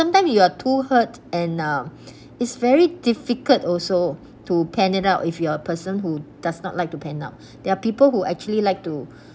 sometime you are too hurt and uh it's very difficult also to pan it out if you are person who does not like to pan out there are people who actually like to